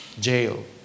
jail